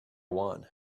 one